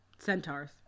centaurs